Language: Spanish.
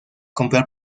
comprar